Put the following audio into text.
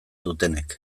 dutenek